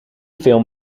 film